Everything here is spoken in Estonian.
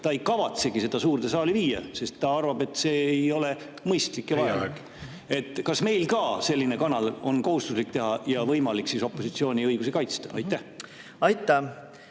ta ei kavatsegi seda suurde saali viia, sest ta arvab, et see ei ole mõistlik ja vajalik. Kas meil ka selline kanal on kohustuslik teha ja võimalik siis opositsiooni õigusi kaitsta? Aitäh!